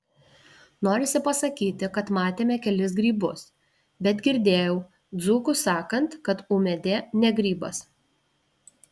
norisi pasakyti kad matėme kelis grybus bet girdėjau dzūkus sakant kad ūmėdė ne grybas